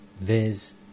viz